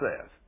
says